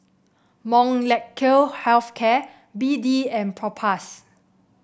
Molnylcke Health Care B D and Propass